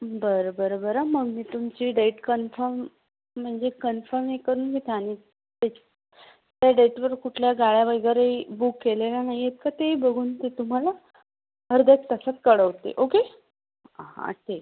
बरं बरं बरं मग मी तुमची डेट कन्फर्म म्हणजे कन्फर्म हे करून गेतानि त्या डेटवर कुठल्या गाड्या वगैरेही बुक केलेल्या नाही आहेत का तेही बघून ते तुम्हाला अर्ध्या एक तासात कळवते ओके हां ठीक